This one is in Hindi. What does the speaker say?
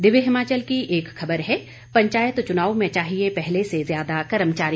दिव्य हिमाचल की एक खबर है पंचायत चुनाव में चाहिये पहले से ज्यादा कर्मचारी